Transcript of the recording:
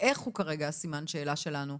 האיך הוא כרגע סימן השאלה שלנו,